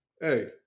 hey